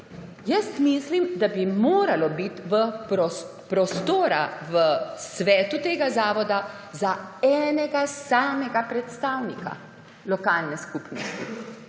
Jaz mislim, da bi moralo biti prostora v svetu tega zavoda za enega samega predstavnika lokalne skupnosti.